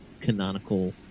canonical